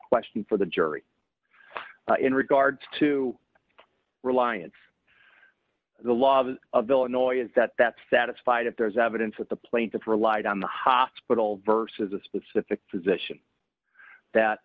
question for the jury in regard to reliance the law of illinois is that that satisfied if there's evidence that the plaintiff relied on the hospital versus a specific position that